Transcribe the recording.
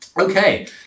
Okay